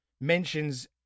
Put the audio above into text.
mentions